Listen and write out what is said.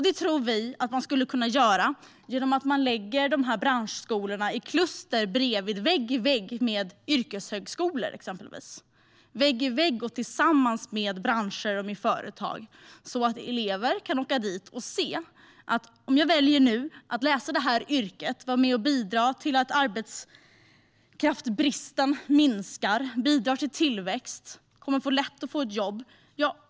Detta tror vi att man skulle kunna göra genom att lägga branschskolorna vägg i vägg med yrkeshögskolor, branscher och företag, så att elever kan åka dit och se: Om jag väljer att läsa till detta yrke kan jag bidra till att arbetskraftsbristen minskar och bidra till tillväxt. Jag kommer att ha lätt att få ett jobb.